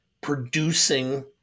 producing